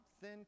thin